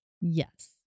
yes